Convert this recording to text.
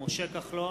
משה כחלון,